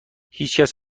هیچکس